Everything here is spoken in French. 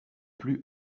plus